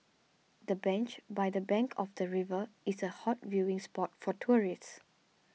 the bench by the bank of the river is a hot viewing spot for tourists